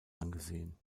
angesehen